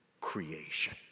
creation